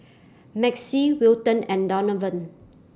Maxie Wilton and Donavan